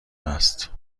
هست